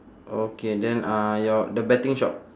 okay then uh your the betting shop